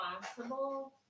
responsible